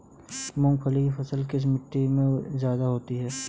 मूंगफली की फसल किस मिट्टी में ज्यादा होगी?